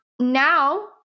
Now